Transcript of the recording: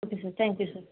okay sir thank you sir